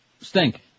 stink